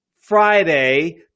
Friday